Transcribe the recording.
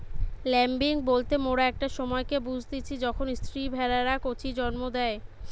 lambing বলতে মোরা একটা সময়কে বুঝতিচী যখন স্ত্রী ভেড়ারা কচি জন্ম দেয়